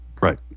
right